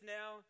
now